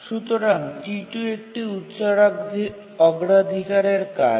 সুতরাং T2 একটি উচ্চ অগ্রাধিকারের কাজ